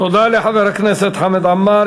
תודה לחבר הכנסת חמד עמאר.